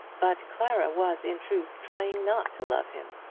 but clara was in truth trying not to love him.